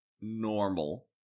normal